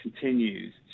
continues